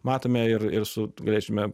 matome ir ir su galėsime